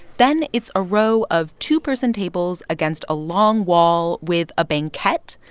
then it's a row of two-person tables against a long wall with a banquette.